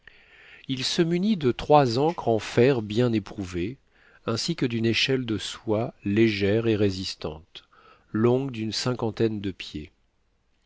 il se munit de trois ancres en fer bien éprouvées ainsi que d'une échelle de soie légère et résistante longue d'une cinquantaine de pieds